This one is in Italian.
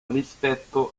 rispetto